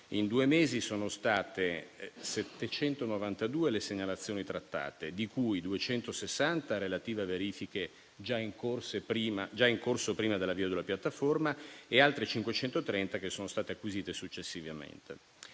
in due mesi sono state 792 le segnalazioni trattate, di cui 260 relative a verifiche già in corso prima dell'avvio della piattaforma e altre 530 sono state acquisite successivamente.